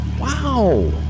Wow